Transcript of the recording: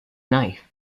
knife